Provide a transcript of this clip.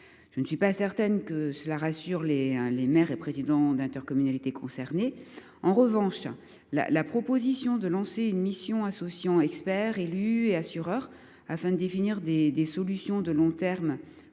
Je ne suis pas certaine que cela rassure les maires et présidents d’intercommunalité concernés. En revanche, la proposition de lancer une mission associant experts, élus et assureurs, afin de définir des solutions de long terme